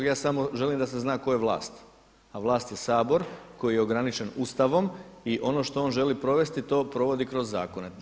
Ja samo želim da se zna tko je vlast, a vlast je Sabor koji je ograničen Ustavom i ono što on želi provesti to provodi kroz zakone.